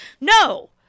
no